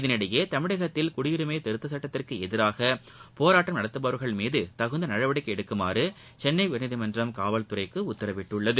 இதற்கினடயே தமிழகத்தில் குடியுரிமை திருத்தச் சட்டத்திற்கு எதிராக போராட்டம் நடத்துபவர்கள் மீது தகுந்த நடவடிக்கை எடுக்குமாறு சென்னை உயர்நீதிமன்றம் காவல்துறைக்கு உத்தரவிட்டுள்ளது